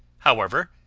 however,